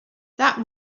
that